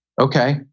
Okay